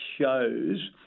shows